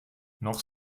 noch